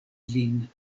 lin